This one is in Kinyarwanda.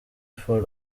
for